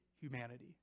humanity